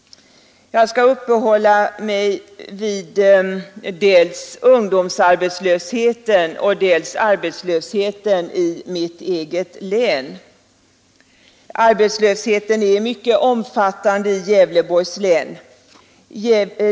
Jag skall uppehålla mig vid dels ungdomsarbetslösheten, dels arbetslösheten i mitt eget län. Arbetslösheten är mycket omfattande i Gävleborgs län.